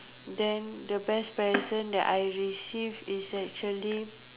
then the best present that I received is actually